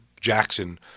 Jackson